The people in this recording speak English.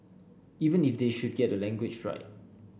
even if they should get the language right